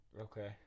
Okay